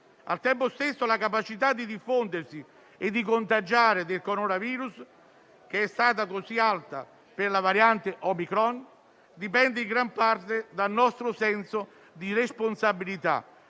insostituibile. La capacità di diffondersi e di contagiare del coronavirus, che è stata così alta per la variante Omicron, dipende in gran parte dal nostro senso di responsabilità;